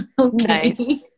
okay